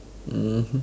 mmhmm